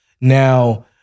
Now